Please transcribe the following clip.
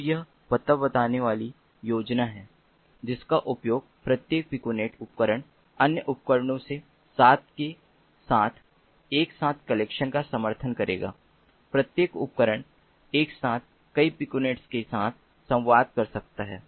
तो यह पता बताने वाली योजना है जिसका उपयोग प्रत्येक पिकोनेट उपकरण अन्य उपकरणों से 7 के साथ एक साथ कनेक्शन का समर्थन करेगा प्रत्येक उपकरण एक साथ कई पिकोनेट्स के साथ संवाद कर सकता है